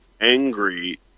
angry